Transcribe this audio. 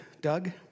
Doug